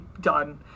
done